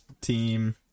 team